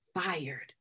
fired